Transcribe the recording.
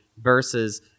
versus